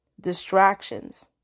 distractions